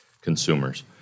consumers